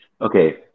Okay